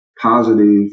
positive